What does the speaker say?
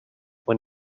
when